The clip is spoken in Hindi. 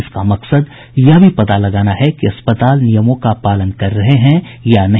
इसका मकसद यह भी पता लगाना है कि अस्पताल नियमों का पालन कर रहे हैं या नहीं